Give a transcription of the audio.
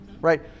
right